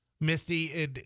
Misty